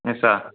ऐसा